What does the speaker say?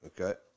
Okay